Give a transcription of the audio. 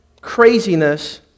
craziness